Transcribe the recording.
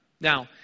Now